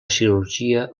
cirurgia